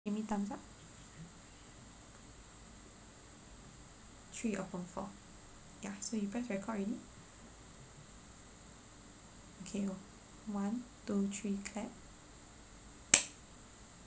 give me thumbs up three open four ya so you pressed record already okay one two three clap